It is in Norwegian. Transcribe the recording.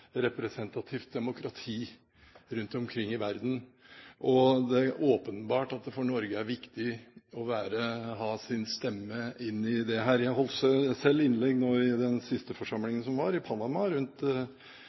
representativt demokrati rundt omkring i verden, og det er åpenbart at det for Norge er viktig å ha sin stemme inn i dette. Jeg holdt selv innlegg i 1. komité i den siste